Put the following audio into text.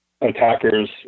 attackers